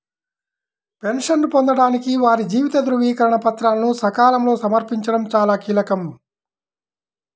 పెన్షన్ను పొందడానికి వారి జీవిత ధృవీకరణ పత్రాలను సకాలంలో సమర్పించడం చాలా కీలకం